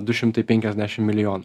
du šimtai penkiasdešim milijonų